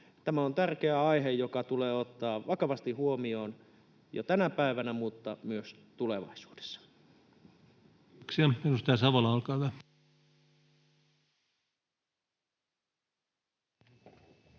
Tämä on tärkeä aihe, joka tulee ottaa vakavasti huomioon jo tänä päivänä, mutta myös tulevaisuudessa. [Speech